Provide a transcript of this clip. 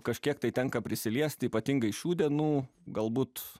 kažkiek tai tenka prisiliesti ypatingai šių dienų galbūt